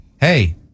hey